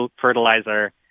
fertilizer